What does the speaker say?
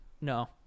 No